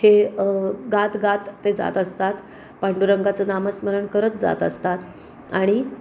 हे गात गात ते जात असतात पांडुरंगाचं नामस्मरण करत जात असतात आणि